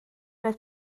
roedd